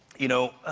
you know,